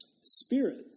Spirit